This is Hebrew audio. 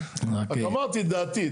רק אמרתי את דעתי,